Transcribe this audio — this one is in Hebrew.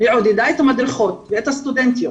היא עודדה את המדריכות ואת הסטודנטיות